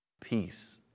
peace